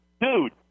dude